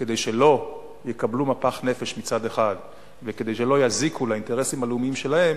כדי שלא יקבלו מפח נפש מצד אחד וכדי שלא יזיקו לאינטרסים הלאומיים שלהם.